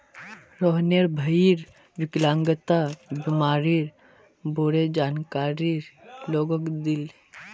रोहनेर भईर विकलांगता बीमारीर बारे जानकारी लोगक दीले